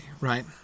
right